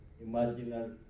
imaginary